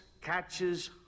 catches